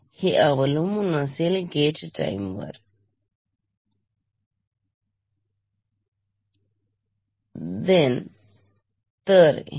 हे अवलंबुन असेल गेट टाईम वर ती असेल अधिक वजा 1 भगिले गेट टाईम कारण एका गेट टाईम मध्ये आपल्याला 1जास्तीचा किंवा 1कमी अंक मिळतो